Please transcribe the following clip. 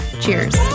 cheers